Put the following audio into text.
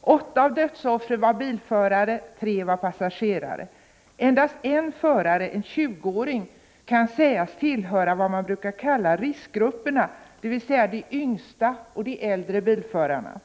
Åtta av dödsoffren var bilförare, tre var passagerare. Endast en förare, en 20-åring, kan sägas tillhöra vad man brukar kalla riskgrupperna, dvs. de yngsta och de äldre bilförarna.